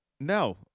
No